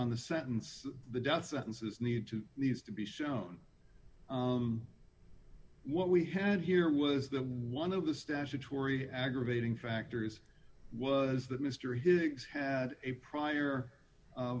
on the sentence the death sentences need to needs to be shown what we had here was that one of the statutory aggravating factors was that mr higgs had a prior